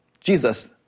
Jesus